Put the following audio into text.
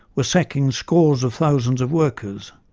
were sacking scores of thousands of workers.